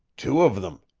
two of em,